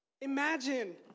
Imagine